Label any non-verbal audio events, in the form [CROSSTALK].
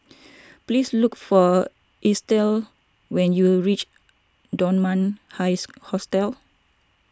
[NOISE] please look for Estell when you reach Dunman High [UNINTELLIGIBLE] Hostel